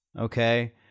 Okay